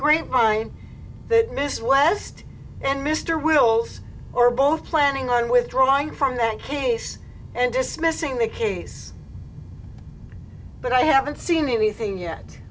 line that miss west and mr wills were both planning on withdrawing from that case and dismissing the case but i haven't seen anything yet